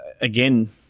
again